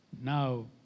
Now